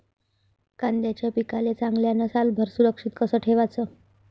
कांद्याच्या पिकाले चांगल्यानं सालभर सुरक्षित कस ठेवाचं?